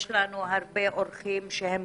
יש לנו הרבה אורחים שהם